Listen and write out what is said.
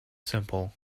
simple